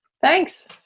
Thanks